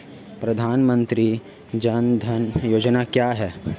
प्रधानमंत्री जन धन योजना क्या है?